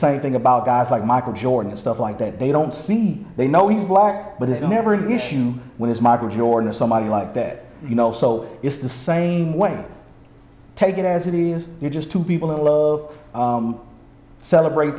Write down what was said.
same thing about guys like michael jordan and stuff like that they don't see they know he's black but it's never an issue when it's michael jordan or somebody like that you know so it's the same way take it as it is you're just two people who love celebrate